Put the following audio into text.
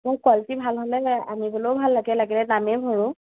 মোৰ কোৱালিটি ভাল হ'লে আনিবলৈও ভাল লাগে লাগিলে দামেই ভোৰোঁ